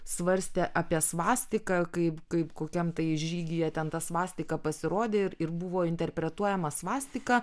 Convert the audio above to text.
svarstė apie svastiką kaip kaip kokiam tai žygyje ten ta svastika pasirodė ir ir buvo interpretuojama svastika